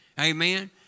Amen